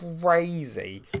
crazy